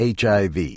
HIV